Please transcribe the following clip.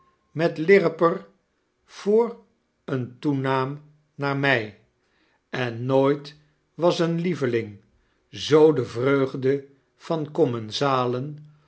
met lirriper voor een toenaam naar my en nooit was een lieveling zoo de vreugde van